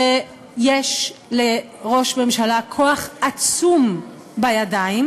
יש לראש ממשלה כוח עצום בידיים.